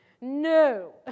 No